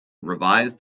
revised